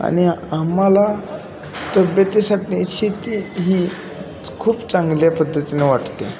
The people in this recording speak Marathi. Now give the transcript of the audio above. आणि आम्हाला तब्येतीसाठी शेती ही खूप चांगल्या पद्धतीनं वाटते